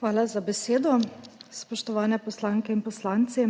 Hvala za besedo. Spoštovane poslanke in poslanci!